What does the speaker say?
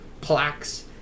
plaques